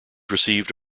received